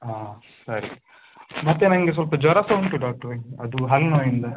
ಹಾಂ ಸರಿ ಮತ್ತೆ ನನಗೆ ಸ್ವಲ್ಪ ಜ್ವರ ಸಹ ಉಂಟು ಡಾಕ್ಟ್ರೇ ಅದು ಹಲ್ಲು ನೋವಿಂದ